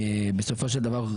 בסופו של דבר,